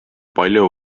palju